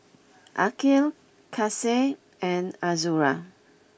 Aqil Kasih and Azura